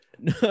no